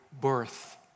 birth